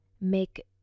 make